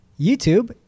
YouTube